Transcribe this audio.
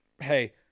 hey